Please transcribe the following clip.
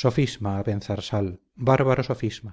sofisma abenzarsal bárbaro sofisma